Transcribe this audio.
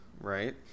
Right